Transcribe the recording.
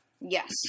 Yes